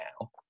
now